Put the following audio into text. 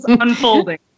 unfolding